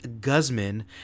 Guzman